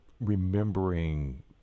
remembering